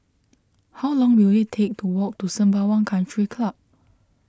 how long will it take to walk to Sembawang Country Club